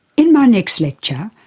in my next lecture,